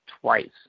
twice